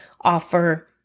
offer